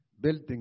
building